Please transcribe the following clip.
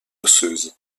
osseuses